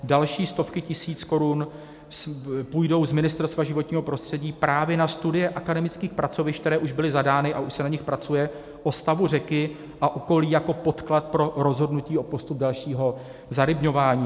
Další stovky tisíc korun půjdou z Ministerstva životního prostředí právě na studie akademických pracovišť, které už byly zadány, a už se na nich pracuje, o stavu řeky a okolí jako podklad pro rozhodnutí o postupu dalšího zarybňování.